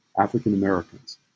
African-Americans